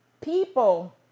people